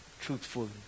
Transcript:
Truthful